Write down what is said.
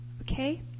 Okay